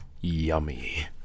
Yummy